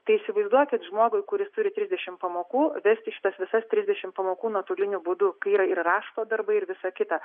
tai įsivaizduokit žmogui kuris turi trisdešimt pamokų vesti šitas visas trisdešimt pamokų nuotoliniu būdu kai yra ir rašto darbai ir visa kita